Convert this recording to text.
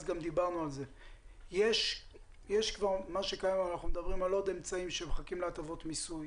אנחנו מדברים בנוסף למה שקיים על עוד אמצעים שמחכים להטבות מיסוי,